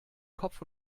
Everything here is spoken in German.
kopf